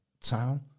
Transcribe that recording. town